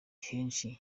henshi